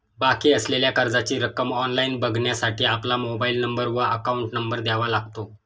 बाकी असलेल्या कर्जाची रक्कम ऑनलाइन बघण्यासाठी आपला मोबाइल नंबर व अकाउंट नंबर द्यावा लागतो